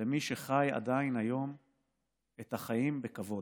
למי שחי עדיין היום את החיים בכבוד,